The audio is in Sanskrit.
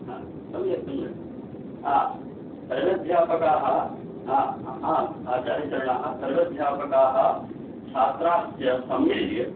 ह सम्यक् सम्यक् आ सर्वे अध्यापकाः हा हा आचार्यचरणाः सर्वे अध्यापकाः छात्राश्च सम्मिल्य